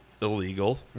illegal